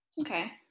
Okay